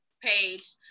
page